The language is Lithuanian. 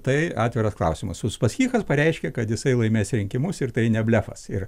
tai atviras klausimas uspaskichas pareiškė kad jisai laimės rinkimus ir tai ne blefas ir